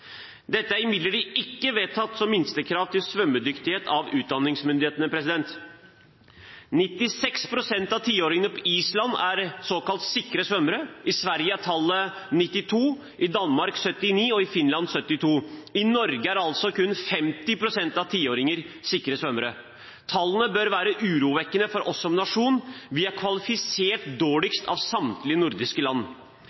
Dette er imidlertid ikke vedtatt som minstekrav til svømmedyktighet av utdanningsmyndighetene. 96 pst. av tiåringene på Island er såkalt sikre svømmere, i Sverige er tallet 92 pst., i Danmark 79 pst. og i Finland 72 pst. I Norge er altså kun 50 pst. av tiåringene sikre svømmere. Tallene bør være urovekkende for oss som nasjon. Vi er kvalifisert